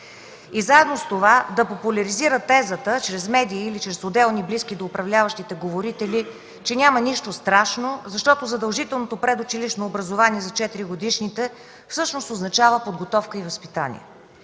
и заедно с това да популяризира тезата – чрез медии или чрез отделни близки до управляващите говорители, че няма нищо страшно, защото задължителното предучилищно образование за 4-годишните всъщност означава подготовка и възпитание.